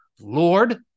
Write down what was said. lord